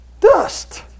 Dust